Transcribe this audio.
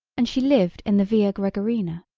and she lived in the via gregoriana.